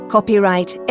Copyright